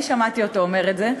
אני שמעתי אותו אומר את זה,